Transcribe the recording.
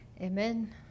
Amen